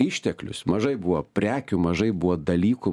išteklius mažai buvo prekių mažai buvo dalykų